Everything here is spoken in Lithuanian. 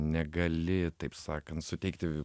negali taip sakant suteikti